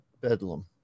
bedlam